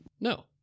no